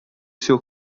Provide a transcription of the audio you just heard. seu